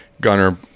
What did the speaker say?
Gunner